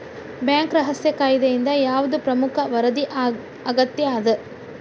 Bank ರಹಸ್ಯ ಕಾಯಿದೆಯಿಂದ ಯಾವ್ದ್ ಪ್ರಮುಖ ವರದಿ ಅಗತ್ಯ ಅದ?